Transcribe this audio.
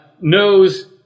knows